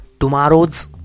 tomorrow's